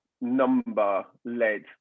number-led